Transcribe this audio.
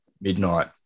midnight